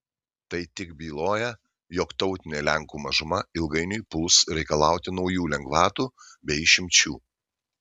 tai tik byloja jog tautinė lenkų mažuma ilgainiui puls reikalauti naujų lengvatų bei išimčių